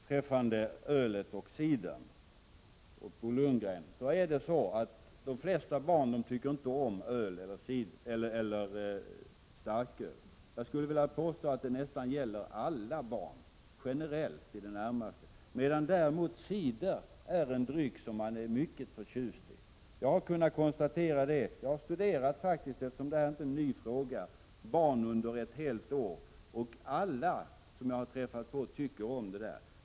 Fru talman! De flesta barn, Bo Lundgren, tycker inte om vanligt öl eller starköl. Jag påstår att det gäller nästan alla barn. Cider däremot är en dryck som de är mycket förtjusta i. Jag har studerat barns vanor under ett helt år och kunnat konstatera att alla tycker om cider.